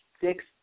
six